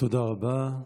תודה רבה.